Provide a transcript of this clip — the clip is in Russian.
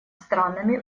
странами